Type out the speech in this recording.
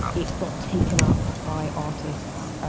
it got taken up by artists,